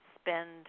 spend